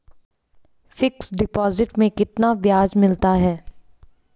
Fix deposit में कितना ब्याज मिलता है?